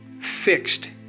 fixed